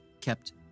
kept